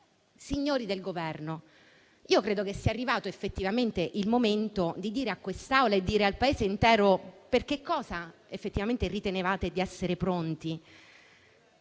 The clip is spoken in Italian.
signori del Governo, io credo che sia arrivato effettivamente il momento di dire a quest'Assemblea e al Paese intero per cosa ritenevate effettivamente di essere pronti.